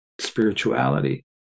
spirituality